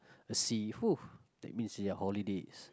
a sea that means ya holidays